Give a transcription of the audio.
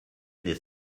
this